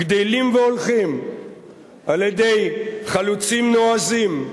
גדלים והולכים על-ידי חלוצים נועזים,